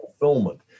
fulfillment